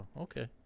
Okay